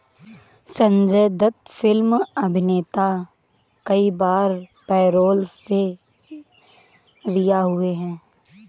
Sanjay Dutt film अभिनेता कई बार पैरोल से रिहा हुए हैं